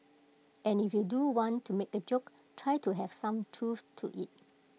and if you do want to make A joke try to have some truth to IT